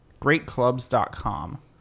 greatclubs.com